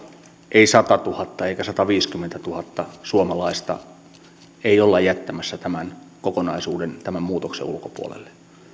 ei sataatuhatta eikä sataaviittäkymmentätuhatta suomalaista olla jättämässä tämän kokonaisuuden tämän muutoksen ulkopuolelle